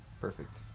Perfect